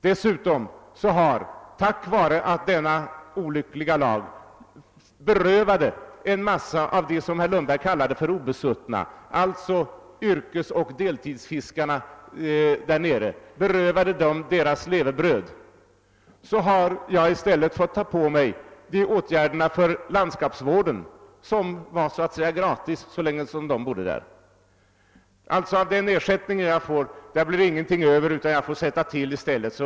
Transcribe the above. Dessutom har jag på grund av att denna olyckliga lag berövat en mängd av dem som herr Lundberg kallade de obesuttna, alltså yrkesoch deltidsfiskarna där nere, deras levebröd, varit tvungen att ta på mig de åtgärder för landskapsvården, som var så att säga gratis så länge de bodde där. Av den ersättning som jag får blir det alltså ingenting över utan jag måste i stället skjuta till pengar.